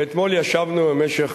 ואתמול ישבנו במשך